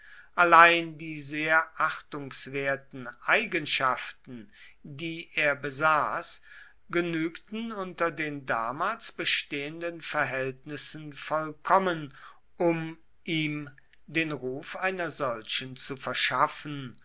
allein die sehr achtungswerten eigenschaften die er besaß genügten unter den damals bestehenden verhältnissen vollkommen um ihm den ruf einer solchen zu verschaffen